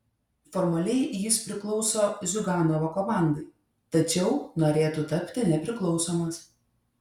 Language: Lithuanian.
formaliai jis priklauso ziuganovo komandai tačiau norėtų tapti nepriklausomas